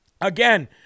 Again